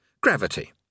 gravity